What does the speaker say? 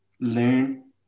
learn